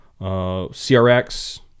CRX